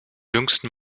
jüngsten